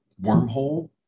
wormhole